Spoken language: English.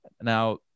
now